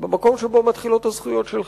במקום שבו מתחילות הזכויות שלך,